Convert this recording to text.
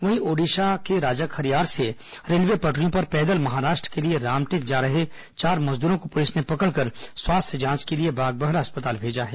वहीं ओडिशा के राजाखरियार से रेलवे पटरियों पर पैदल महाराष्ट्र के रामटेक जा रहे चार मजदूरों को पुलिस ने पकड़कर स्वास्थ्य जांच के लिए बागबाहरा अस्पताल भेजा है